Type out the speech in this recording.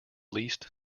least